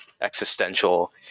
existential